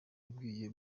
yabwiye